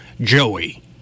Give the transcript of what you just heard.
Joey